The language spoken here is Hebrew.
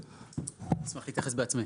אני אשמח להתייחס בעצמי.